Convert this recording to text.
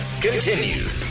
continues